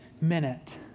minute